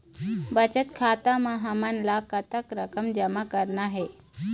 बचत खाता म हमन ला कतक रकम जमा करना हे?